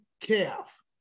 calf